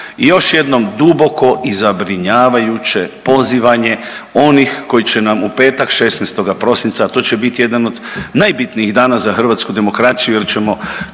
I još jednom duboko i zabrinjavajuće pozivanje onih koji će nam u petak 16. prosinca, a to će biti jedan od najbitnijih dana za hrvatsku demokraciju jer ćemo